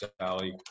Sally